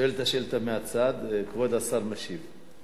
שואל את השאילתא מהצד וכבוד השר משיב.